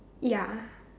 ya